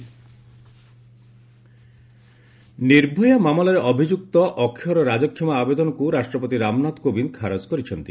praise mercy Nirbhaya ମାମଲାରେ ଅଭିଯୁକ୍ତ ଅକ୍ଷୟର ରାଜକ୍ଷମା ଆବେଦନକୁ ରାଷ୍ଟ୍ରପତି ରାମନାଥ କୋବିନ୍ଦ ଖାରଜ କରିଛନ୍ତି